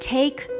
Take